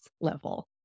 level